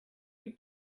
you